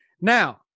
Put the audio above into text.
Now